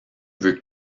veut